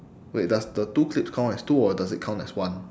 wait does the two clips count as two or does it count as one